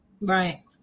Right